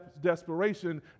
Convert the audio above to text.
desperation